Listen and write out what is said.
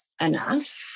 enough